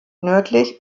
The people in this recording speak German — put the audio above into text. nördlich